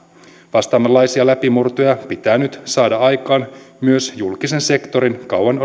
vastaavanlaisia läpimurtoja pitää nyt saada aikaan myös julkisen sektorin